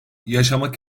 yaşamak